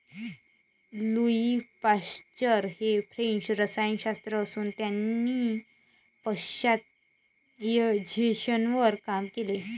Louis Pasteur हे French रसायनशास्त्रज्ञ असून त्यांनी पाश्चरायझेशनवर काम केले